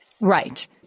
Right